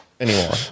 anymore